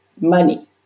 money